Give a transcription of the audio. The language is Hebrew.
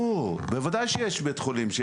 ברור, בוודאי שיש בית חולים שיכול להגביל את זה.